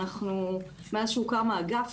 מאז שהוקם האגף,